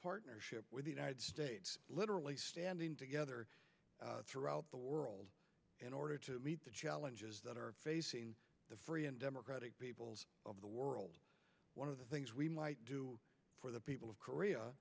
partnership with the united states literally standing together throughout the world in order to meet the challenges facing the free and democratic peoples of the world one of the things we might do for the people of korea